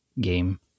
game